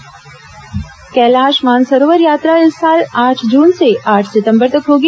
मानसरोवर यात्रा कैलाश मानसरोवर यात्रा इस साल आठ जून से आठ सितम्बर तक होगी